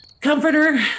comforter